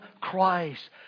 Christ